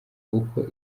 uko